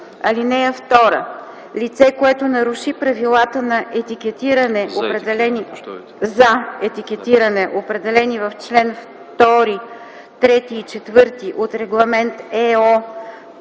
лв. (2) Лице, което наруши правилата за етикетиране, определени в чл. 2, 3 и 4 от Регламент /ЕО/